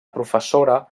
professora